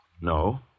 No